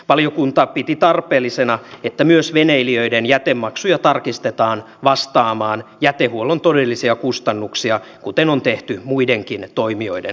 valiokunta piti tarpeellisena että myös veneilijöiden jätemaksuja tarkistetaan vastaamaan jätehuollon todellisia kustannuksia kuten on tehty muidenkin toimijoiden osalta